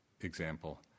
example